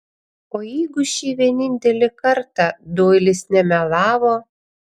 o jeigu šį vienintelį kartą doilis nemelavo